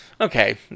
okay